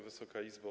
Wysoka Izbo!